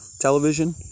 television